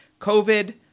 COVID